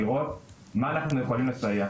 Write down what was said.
לראות מה אנחנו יכולים לסייע.